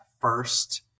first